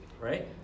Right